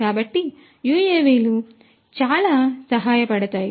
కాబట్టి యుఎవిలు చాలా సహాయపడతాయి